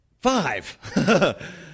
Five